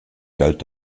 galt